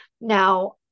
now